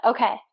Okay